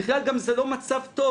בכלל גם זה לא מצב טוב,